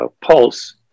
Pulse